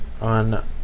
on